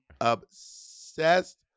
obsessed